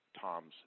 Tom's